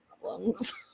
problems